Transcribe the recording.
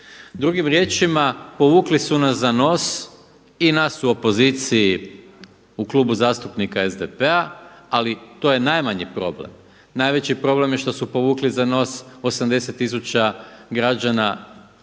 Drugim riječima povukli su nas za nos i nas u opoziciji, u Klubu zastupnika SDP-a. Ali to je najmanji problem. Najveći problem je što su povukli za nos 80 tisuća građana u